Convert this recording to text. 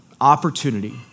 opportunity